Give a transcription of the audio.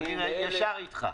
הייתי ישר אתך.